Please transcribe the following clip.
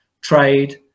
trade